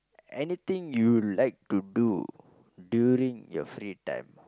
anything you like to do during your free time